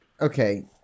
Okay